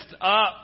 up